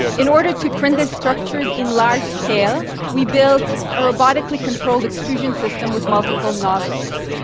in order to print the structures in large scale, we built a robotically controlled extrusion system with multiple nozzles.